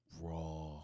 raw